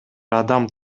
адам